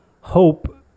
hope